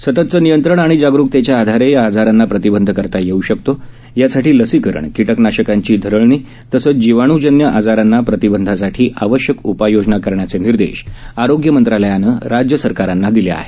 सततचं नियंत्रण आणि जागरुकतेच्या आधारे या आजारांना प्रतिबंध करता येऊ शकतो यासाठी लसीकरण कीटनाशकांची धरळणी तसंच जीवाणूजन्य आजारांना प्रतिबंधासाठी आवश्यक उपाययोजना करण्याचे निर्देश आरोग्य मंत्रालयानं राज्य सरकारांना दिले आहेत